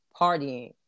partying